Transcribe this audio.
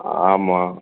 ஆமாம்